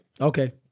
Okay